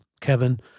Kevin